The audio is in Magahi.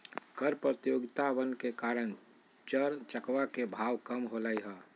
कर प्रतियोगितवन के कारण चर चकवा के भाव कम होलय है